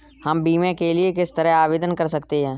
हम बीमे के लिए किस तरह आवेदन कर सकते हैं?